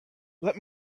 let